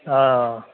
हां